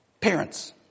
Parents